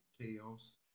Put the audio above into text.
chaos